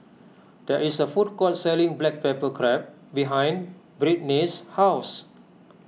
there is a food court selling Black Pepper Crab behind Brittnay's house